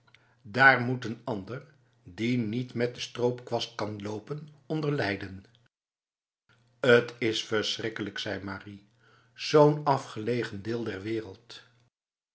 daar moet een ander die niet met de stroopkwast kan lopen onder lijden t is verschrikkelijk zei marie zo'n afgelegen deel der wereld